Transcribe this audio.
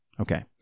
Okay